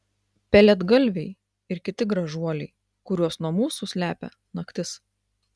pelėdgalviai ir kiti gražuoliai kuriuos nuo mūsų slepia naktis